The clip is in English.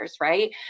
right